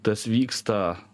tas vyksta